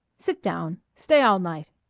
sit down. stay all night.